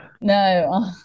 no